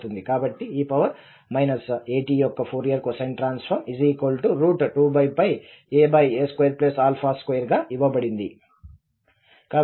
కాబట్టి e at యొక్క Fourier cosine transform 2aa22 గా ఇవ్వబడింది